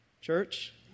Church